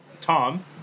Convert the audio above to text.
Tom